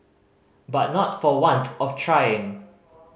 but not for want of trying